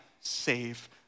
save